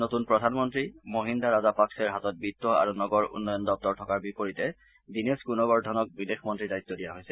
নতুন প্ৰধানমন্নী মহিন্দা ৰাজাপাকছেৰ হাতত বিত্ত আৰু নগৰ উন্নয়ন দপ্তৰ থকাৰ বিপৰীতে দীনেশ গুনৱৰ্ধনক বিদেশ মন্ত্ৰীৰ দায়িত্ব দিয়া হৈছে